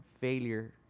failure